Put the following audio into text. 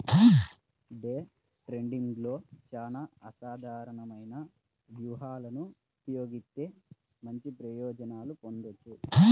day ట్రేడింగ్లో చానా అసాధారణమైన వ్యూహాలను ఉపయోగిత్తే మంచి ప్రయోజనాలను పొందొచ్చు